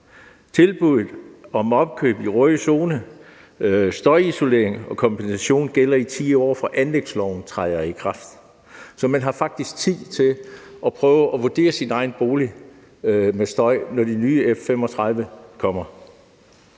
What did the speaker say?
Tilbuddet om opkøb i rød zone, støjisolering og kompensation gælder i 10 år, fra anlægsloven træder i kraft. Så man har faktisk tid til at prøve at vurdere sin egen bolig med hensyn til støjen, når de nye F-35-fly kommer.